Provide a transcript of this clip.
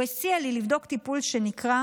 הוא הציע לי לבדוק טיפול שנקרא